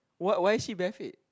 what why is she bare feet